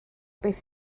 beth